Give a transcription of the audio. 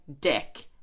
dick